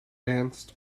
danced